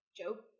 joke